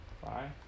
Bye